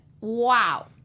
wow